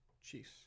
Chiefs